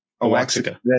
Oaxaca